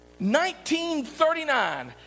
1939